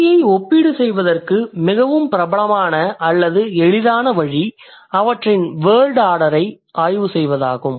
மொழியை ஒப்பீடு செய்வதற்கு மிகவும் பிரபலமான அல்லது எளிதான வழி அவற்றின் வேர்டு ஆர்டரை ஆய்வு செய்வதாகும்